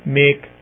make